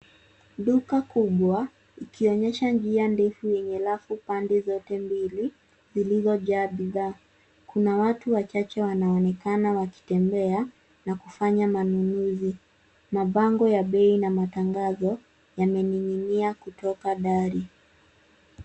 Duka kubwa likionyesha njia ndefu yenye rafu pande zote mbili, lililojaa bidhaa. Kuna watu wachache wanaonekana wakitembea na kufanya manunuzi. Mabango ya bei na matangazo yamening'inia kutoka dari.